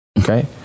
okay